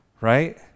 right